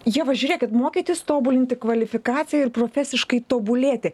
ieva žiūrėkit mokytis tobulinti kvalifikaciją ir profesiškai tobulėti